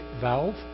valve